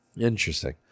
Interesting